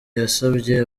yasabye